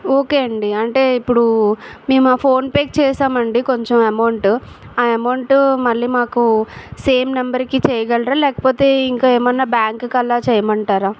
okay అండి అంటే ఇప్పుడు మేము ఆ ఫోన్ పే చేసామండి కొంచెం అమౌంటు ఆ అమౌంటు మళ్ళీ మాకు సేమ్ నెంబర్కి చేయగలరా లేకపోతే ఇంకా ఏమన్నా బ్యాంకుకు అలా చేయమంటారా